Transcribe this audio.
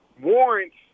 warrants